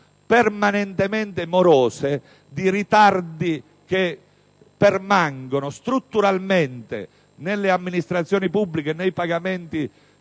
permanentemente morose e di ritardi che permangono strutturalmente nelle amministrazioni pubbliche, nei pagamenti